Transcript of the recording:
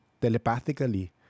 telepathically